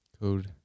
Code